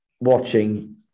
Watching